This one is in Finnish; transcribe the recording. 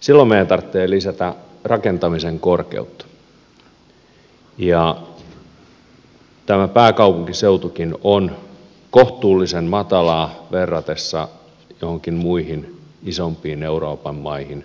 silloin meidän tarvitsee lisätä rakentamisen korkeutta ja tämä pääkaupunkiseutukin on kohtuullisen matalaa verrattaessa joihinkin muihin isompiin euroopan maihin